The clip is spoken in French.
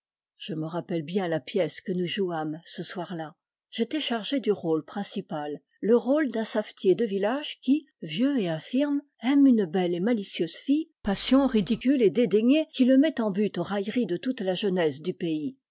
je me rappelle bien la pièce que nous jouâmes ce soir-là j'étais chargé du rôle principal le rôle d'un savetier de village qui vieux et infirme aime une belle et malicieuse fille passion ridicule et dédaignée qui le met en butte aux railleries de toute la jeunesse du pays